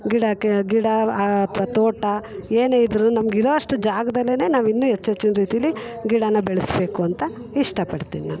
ಗಿಡಕ್ಕೆ ಗಿಡ ಆ ತೋಟ ಏನೇ ಇದ್ದರು ನಮ್ಗಿರುವಷ್ಟು ಜಾಗದಲ್ಲೆನೆ ನಾವು ಇನ್ನೂ ಹೆಚ್ಚು ಹೆಚ್ಚಿನ ರೀತೀಲಿ ಗಿಡನ ಬೆಳೆಸ್ಬೇಕು ಅಂತ ಇಷ್ಟಪಡ್ತೀನಿ ನಾನು